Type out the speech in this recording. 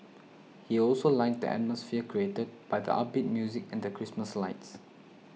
he also liked the atmosphere created by the upbeat music and the Christmas lights